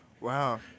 Wow